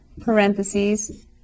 parentheses